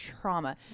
trauma